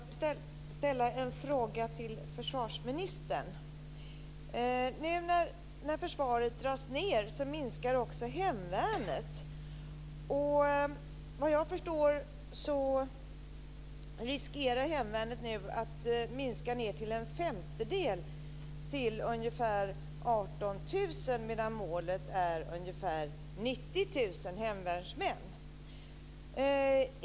Fru talman! Jag vill ställa en fråga till försvarsministern. Nu när försvaret dras ned minskar också hemvärnet. Vad jag förstår riskerar hemvärnet att minska ned till en femtedel, till ungefär 18 000, medan målet är ungefär 90 000 hemvärnsmän.